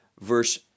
verse